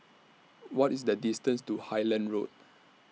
What IS The distance to Highland Road